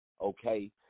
Okay